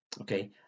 Okay